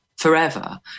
Forever